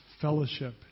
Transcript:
fellowship